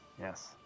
Yes